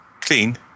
clean